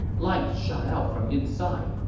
light shot out from inside,